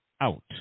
out